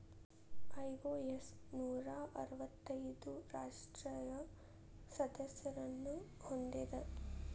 IOS ನೂರಾ ಅರ್ವತ್ತೈದು ರಾಷ್ಟ್ರೇಯ ಸದಸ್ಯರನ್ನ ಹೊಂದೇದ